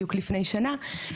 לפני כשנה,